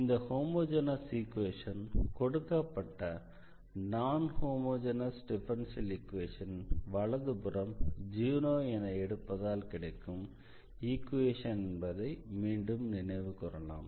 இந்த homogeneous equation கொடுக்கப்பட்ட நான் ஹோமொஜெனஸ் டிஃபரன்ஷியல் ஈக்வேஷனின் வலதுபுறம் 0 என எடுப்பதால் கிடைக்கும் ஈக்வேஷன் என்பதை மீண்டும் நினைவு கூறலாம்